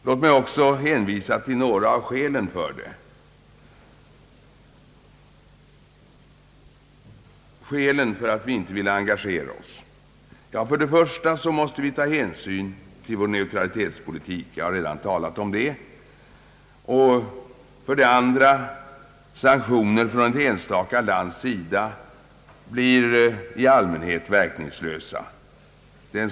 Låt mig också beröra några av skälen till att vi inte vill engagera oss i dylika bojkottaktioner. För det första måste vi ta hänsyn till vår neutralitetspolitik; det har jag redan talat om. För det andra blir sanktioner från ett enstaka lands sida i allmänhet verkningslösa.